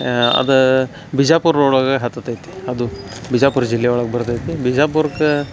ಅದ ಬಿಜಾಪುರ ರೋಡಾಗ ಹತ್ತತೈತಿ ಅದು ಬಿಜಾಪುರ ಜಿಲ್ಲೆ ಒಳಗೆ ಬರ್ತೈತಿ ಬಿಜಾಪುರಕ್ಕ